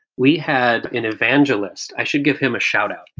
we had an evangelist. i should give him a shout out.